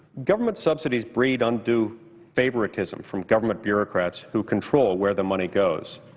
government subsidies breed undue favoritism from government bureaucrats who control where the money goes.